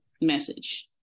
message